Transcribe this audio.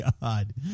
God